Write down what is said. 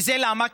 וזה למה?